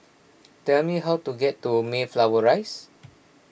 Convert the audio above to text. tell me how to get to Mayflower Rise